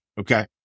Okay